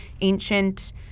ancient